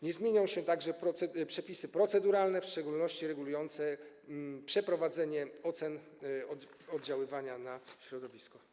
Nie zmienią się także przepisy proceduralne, w szczególności regulujące przeprowadzanie oceny oddziaływania na środowisko.